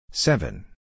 Seven